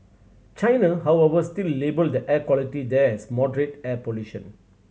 China however still labelled the air quality there as moderate air pollution